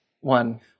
one